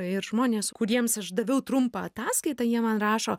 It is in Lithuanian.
ir žmonės kuriems aš daviau trumpą ataskaitą jie man rašo